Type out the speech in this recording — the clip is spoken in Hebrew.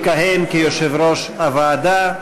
להכנתה לקריאה ראשונה.